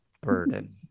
burden